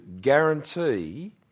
guarantee